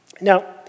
Now